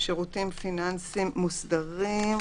(שירותים פיננסים מוסדרים),